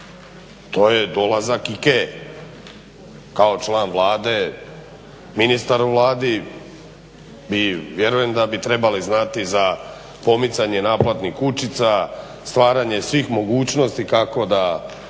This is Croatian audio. to je dolazak IKEA-e. Kao član Vlade, ministar u Vladi vi vjerujem da bi trebali znati za pomicanje naplatnih kućica, stvaranje svih mogućnosti kako da